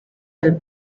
del